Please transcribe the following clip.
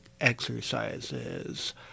exercises